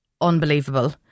Unbelievable